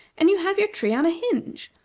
and you have your tree on a hinge,